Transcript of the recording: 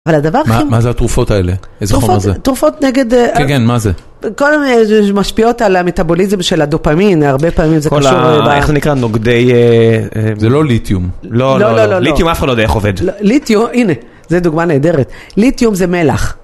מה זה התרופות האלה? איזה חומר זה? תרופות נגד... כן, כן, מה זה? קודם משפיעות על המטאבוליזם של הדופמין, הרבה פעמים זה קשור לבעיה... כל ה... איך זה נקרא? נוגדי... זה לא ליתיום. לא, לא, לא. ליתיום אף אחד לא יודע איך עובד. ליתיום, הנה, זה דוגמה נהדרת. ליתיום זה מלח.